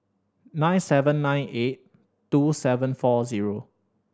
nine seven nine eight two seven four zero